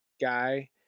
guy